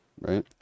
right